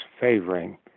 favoring